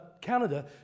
Canada